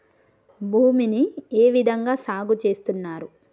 భూమిని ఏ విధంగా సాగు చేస్తున్నారు?